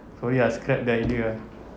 sorry ah scrap the idea ah